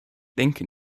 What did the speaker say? denke